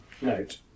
note